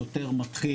שוטר מתחיל,